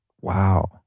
Wow